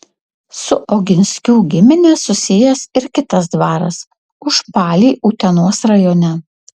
su oginskių gimine susijęs ir kitas dvaras užpaliai utenos rajone